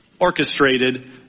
orchestrated